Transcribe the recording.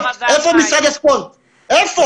איפה משרד הבריאות?